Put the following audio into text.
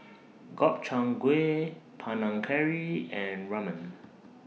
Gobchang Gui Panang Curry and Ramen